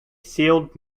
sealed